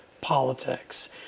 politics